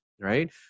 right